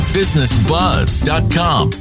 businessbuzz.com